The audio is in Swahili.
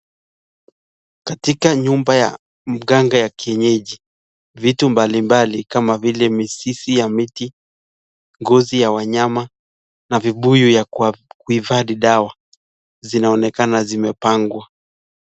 Katika nyumba ya mganga ya kienyeji vitu mbalimbali kama vile mizizi ya miti, ngozi ya wanyama na vibuyu ya kihifadhi dawa zinaonekana zimepangwa.